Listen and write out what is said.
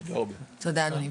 תודה, אדוני.